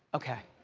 okay.